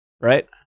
Right